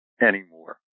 anymore